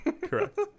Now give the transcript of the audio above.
correct